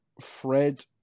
Fred